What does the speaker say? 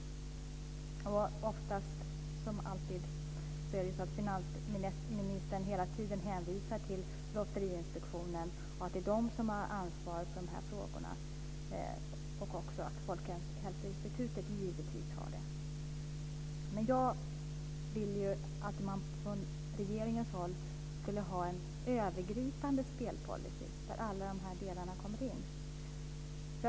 Som alltid hänvisar finansministern hela tiden till Lotteriinspektionen och givetvis också till Folkhälsoinstitutet som de organ som har ansvaret för dessa frågor. Jag vill att regeringen ska ha en övergripande spelpolicy, där alla olika delar kommer in.